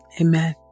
Amen